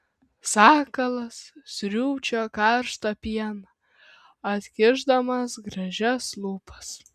sakalas sriūbčioja karštą pieną atkišdamas gražias lūpas